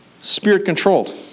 Spirit-controlled